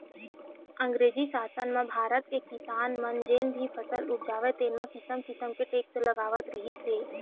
अंगरेजी सासन म भारत के किसान मन जेन भी फसल उपजावय तेन म किसम किसम के टेक्स लगावत रिहिस हे